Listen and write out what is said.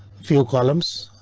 few columns.